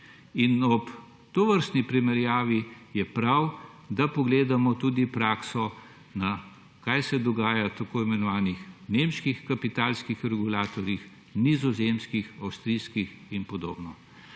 Ob tovrstni primerjavi je prav, da pogledamo tudi prakso, kaj se dogaja na tako imenovanih nemških kapitalskih regulatorjih, nizozemski, avstrijskih in podobno.